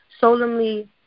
solemnly